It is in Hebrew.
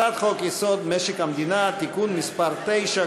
הצעת חוק-יסוד: משק המדינה (תיקון מס' 9),